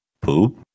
Poop